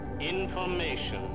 information